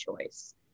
choice